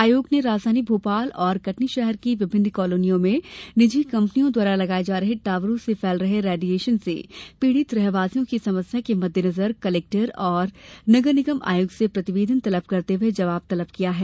आयोग ने राजधानी भोपाल और कटनी शहर की विभिन्न कालोनियों में निजी कंपनियों द्वारा लगाये जा रहे टावरों से फैल रहे रेडिएशन से पीड़ित रहवासियों की समस्या के मद्देनजर कलेक्टर एवं नगर निगम आयुक्त से प्रतिवेदन तलब करते हुए जबाव तलब किया है